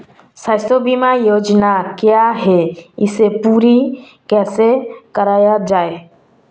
स्वास्थ्य बीमा योजना क्या है इसे पूरी कैसे कराया जाए?